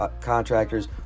contractors